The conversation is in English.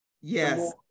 Yes